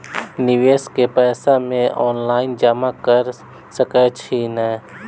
निवेश केँ पैसा मे ऑनलाइन जमा कैर सकै छी नै?